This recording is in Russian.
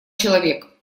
человек